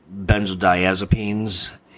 benzodiazepines